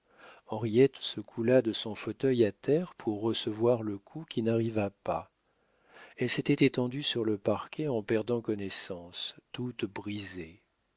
henriette se coula de son fauteuil à terre pour recevoir le coup qui n'arriva pas elle s'était étendue sur le parquet en perdant connaissance toute brisée